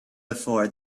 before